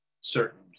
certain